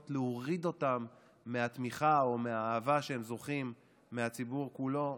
להוריד אותם מהתמיכה או מהאהבה שהם זוכים להן מהציבור כולו,